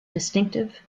distinctive